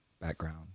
background